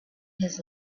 his